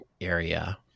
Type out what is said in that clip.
area